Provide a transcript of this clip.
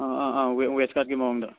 ꯑꯥ ꯑꯥ ꯑꯥ ꯋꯦꯁ ꯀꯥꯠꯀꯤ ꯃꯑꯣꯡꯗ